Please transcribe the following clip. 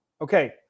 Okay